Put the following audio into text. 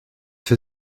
für